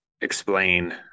explain